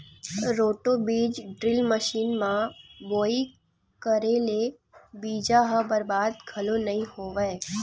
roto बीज drill machine म बोवई करे ले बीजा ह बरबाद घलोक नइ होवय